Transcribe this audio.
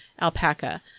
alpaca